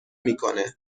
میکنه